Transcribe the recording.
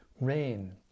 rain